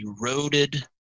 eroded